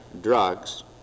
drugs